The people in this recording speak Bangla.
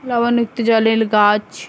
লবনাক্ত জলের গাছ